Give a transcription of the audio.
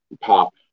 pop